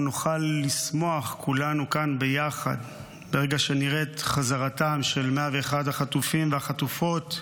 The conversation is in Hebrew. כולנו כאן ביחד ברגע שנראה את חזרתם של 101 החטופים והחטופות,